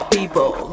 People